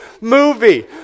movie